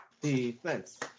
Defense